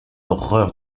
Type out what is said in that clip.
horreur